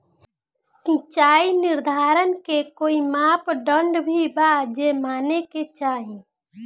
सिचाई निर्धारण के कोई मापदंड भी बा जे माने के चाही?